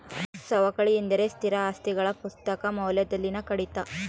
ಸವಕಳಿ ಎಂದರೆ ಸ್ಥಿರ ಆಸ್ತಿಗಳ ಪುಸ್ತಕ ಮೌಲ್ಯದಲ್ಲಿನ ಕಡಿತ